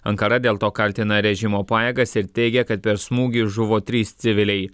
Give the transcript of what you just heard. ankara dėl to kaltina režimo pajėgas ir teigia kad per smūgį žuvo trys civiliai